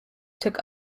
took